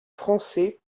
français